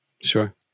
Sure